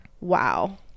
wow